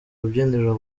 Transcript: rubyiniro